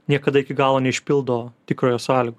niekada iki galo neišpildo tikrojo sąlygų